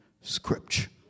Scripture